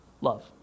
love